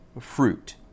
fruit